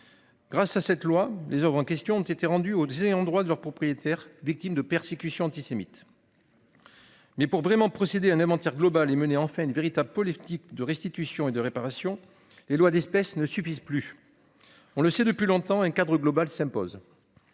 Grâce à cette loi. Les Oeuvres en question ne s'était rendu au disait en droit de leurs propriétaires victimes de persécutions antisémites. Mais pour vraiment procéder à un inventaire global et menée en fait une véritable politique de restitution et de réparation, les lois d'espèces ne suffisent plus. On le sait depuis longtemps un cadre global s'impose.